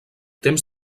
temps